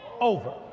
over